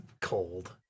cold